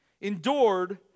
endured